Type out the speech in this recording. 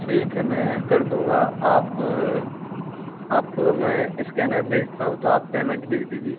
ठीक है मैं कर दूँगा आप आपको मैं एक इस्कैनर भेजता हूँ तो आप पेमेंट भेज दीजिए